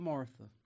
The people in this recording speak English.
Martha